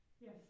Yes